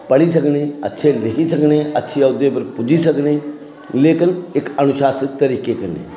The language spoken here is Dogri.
पढ़ी सकनें अच्छे लिखी सकनें अच्छे औह्दे पर पुज्जी सकनें लेकिन इक अनुशासित तरीकै कन्नै